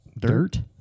dirt